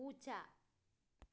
പൂച്ച